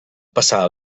passar